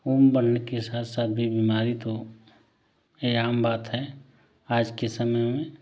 उम्र बढ़ने के साथ साथ भी बीमारी तो ये आम बात है आज के समय में